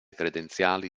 credenziali